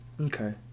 Okay